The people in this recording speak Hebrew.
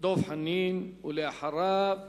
דב חנין, ואחריו,